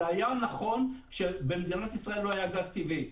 זה היה נכון כשבמדינת ישראל לא היה גז טבעי.